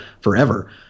forever